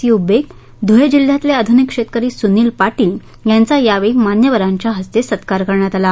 you बेग धुळे जिल्ह्यातले आधुनिक शेतकरी सुनिल पाटील यांचा यावेळी मान्यवरांच्या हस्ते सत्कार करण्यात आला